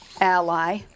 ally